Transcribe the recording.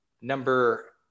number